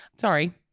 Sorry